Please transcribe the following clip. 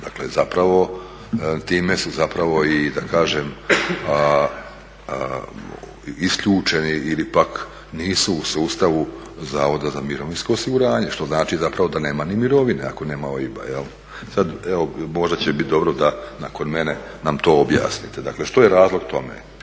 pribavilo OIB. Time su zapravo isključeni ili pak nisu u sustavu Zavoda za mirovinsko osiguranje što znači zapravo da nema ni mirovine ako nema OIB-a. Sad evo možda će bit dobro da nakon mene nam to objasnite, dakle što je razlog tome,